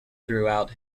throughout